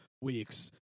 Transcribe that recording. weeks